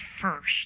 first